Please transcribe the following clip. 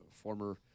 former